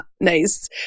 nice